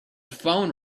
phone